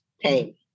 pain